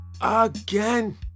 Again